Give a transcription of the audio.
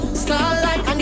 starlight